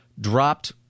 dropped